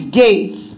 gates